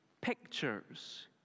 pictures